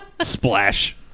Splash